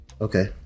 okay